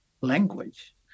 language